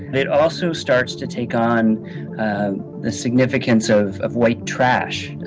it also starts to take on the significance of of white trash.